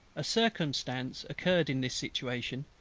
a circumstance occurred in this situation,